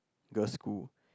girl school